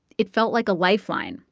it felt like a lifeline.